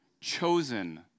Chosen